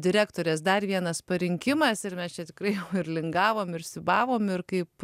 direktorės dar vienas parinkimas ir mes čia tikrai ir lingavom ir siūbavom ir kaip